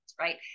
right